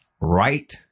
right